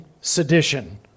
sedition